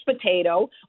potato